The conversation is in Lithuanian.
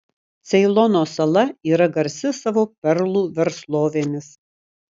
ceilono sala yra garsi savo perlų verslovėmis